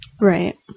Right